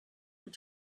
were